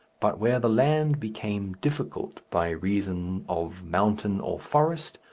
but where the land became difficult by reason of mountain or forest,